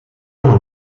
non